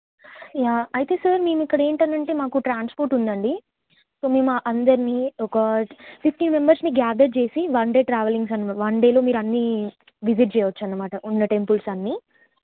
yeah అయితే sir మేము ఇక్కడ ఏంటని అంటే మాకు ట్రాన్స్పోర్ట్ ఉందండి కొన్ని మా అందరినీ ఒక ఫిఫ్టీన్ మెంబర్స్ని గ్యాదర్ చేసి వన్ డే ట్రావలింగ్స్ అని వన్ డేలో మీరు అన్నీ విజిట్ చేయొచ్చు అనమాట ఉన్న టెంపుల్స్ అన్నీ